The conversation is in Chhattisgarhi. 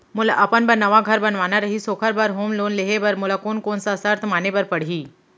मोला अपन बर नवा घर बनवाना रहिस ओखर बर होम लोन लेहे बर मोला कोन कोन सा शर्त माने बर पड़ही?